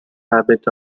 habit